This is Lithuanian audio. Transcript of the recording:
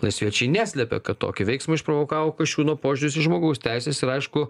laisviečiai neslepia kad tokį veiksmą išprovokavo kasčiūno požiūris į žmogaus teises ir aišku